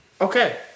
Okay